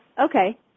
okay